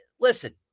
Listen